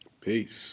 Peace